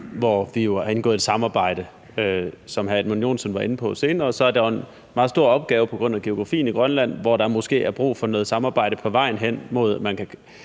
hvor vi jo har indgået i et samarbejde. Som hr. Edmund Joensen var inde på, er der senere en meget stor opgave på grund af geografien i Grønland, hvor der måske er brug for noget samarbejde på vejen mod,